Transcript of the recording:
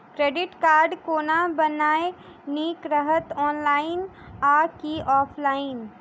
Credit card कोना बनेनाय नीक रहत? ऑनलाइन आ की ऑफलाइन?